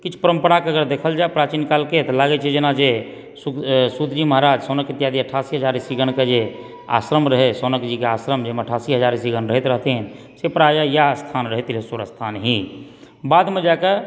किछु परम्पराके अगर देखल जाहि प्राचीन कालके तऽ लागै छै जेना जे सुतजी महाराज सौनक इत्यादि अट्ठासी हजार ऋषिगणके जे आश्रम रहए सौनक जीके आश्रम जाहिमे अट्ठासी हजार ऋषिगण रहए रहथिन से प्रायः इएह स्थान रहए तिलहेश्वर स्थान ही बादमे जाके